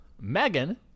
Megan